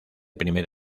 primer